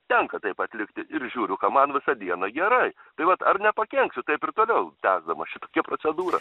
tenka taip atlikti ir žiūriu ką man visą dieną gerai tai vat ar nepakenksiu taip ir toliau tęsdamas šitokią procedūrą